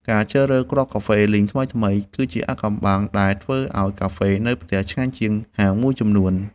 ការជ្រើសរើសគ្រាប់កាហ្វេលីងថ្មីៗ គឺជាអាថ៌កំបាំងដែលធ្វើឱ្យកាហ្វេនៅផ្ទះឆ្ងាញ់ជាងហាងមួយចំនួន។